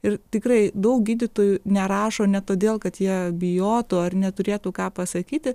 ir tikrai daug gydytojų nerašo ne todėl kad jie bijotų ar neturėtų ką pasakyti